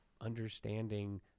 understanding